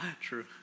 True